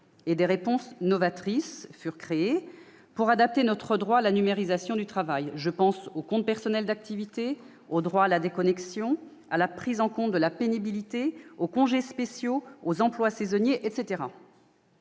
Des réponses novatrices furent élaborées pour adapter notre droit à la numérisation du travail. Je pense au compte personnel d'activité, au droit à la déconnexion, à la prise en compte de la pénibilité, aux congés spéciaux, aux emplois saisonniers, etc.